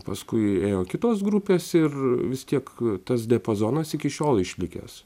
paskui ėjo kitos grupės ir vis tiek tas diapazonas iki šiol išlikęs